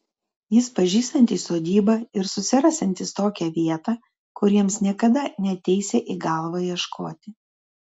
jis pažįstantis sodybą ir susirasiantis tokią vietą kur jiems niekada neateisią į galvą ieškoti